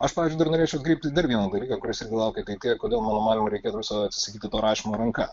aš pavyzdžiui dar norėčiau atkreipti dar vieną dalyką kuris irgi laukia kaip tik kodėl mano manymu reikėtų visada atsisakyti to rašymo ranka